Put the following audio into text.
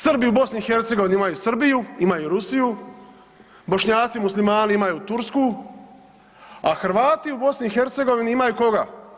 Srbi u BiH imaju Srbiju, imaju Rusiju, Bošnjaci Muslimani imaju Tursku, a Hrvati u BiH imaju koga?